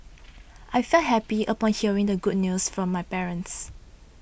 I felt happy upon hearing the good news from my parents